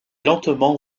lentement